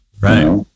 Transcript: Right